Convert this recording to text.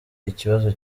ikibazo